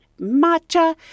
matcha